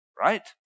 right